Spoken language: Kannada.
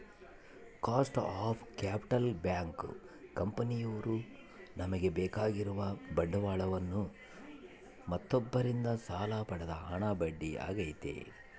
ಕಾಸ್ಟ್ ಆಫ್ ಕ್ಯಾಪಿಟಲ್ ಬ್ಯಾಂಕ್, ಕಂಪನಿಯವ್ರು ತಮಗೆ ಬೇಕಾಗಿರುವ ಬಂಡವಾಳವನ್ನು ಮತ್ತೊಬ್ಬರಿಂದ ಸಾಲ ಪಡೆದ ಹಣ ಬಡ್ಡಿ ಆಗೈತೆ